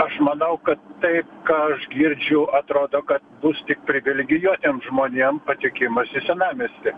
aš manau kad tai ką aš girdžiu atrodo kad bus tik privilegijuotiem žmonėm patekimas į senamiestį